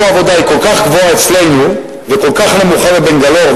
העבודה כל כך גבוהה אצלנו וכל כך נמוכה בבנגלור,